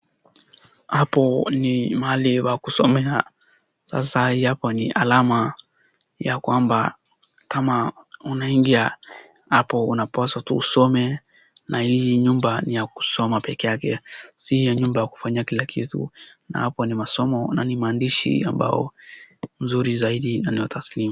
Hapo ni mahali pa kusomea, sasa hii hapo ni alama ya kwamba kama unaingia hapo unapaswa tu usome na hii nyumba ni ya kusoma peke yake sio nyumba ya kufanyia kila kitu na hapo ni masomo na ni maandishi ambayo ni nzuri zaidi na ni taslimu.